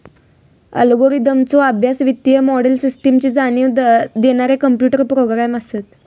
अल्गोरिदमचो अभ्यास, वित्तीय मोडेल, सिस्टमची जाणीव देणारे कॉम्प्युटर प्रोग्रॅम असत